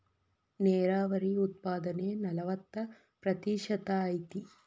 ನೇರಾವರಿ ಉತ್ಪಾದನೆ ನಲವತ್ತ ಪ್ರತಿಶತಾ ಐತಿ